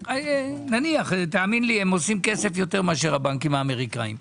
תאמין לי הם עושים כסף יותר מאשק הבנקים האמריקאיים.